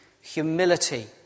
humility